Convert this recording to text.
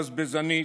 בזבזנית,